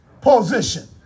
position